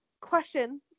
question